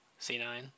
C9